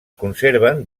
conserven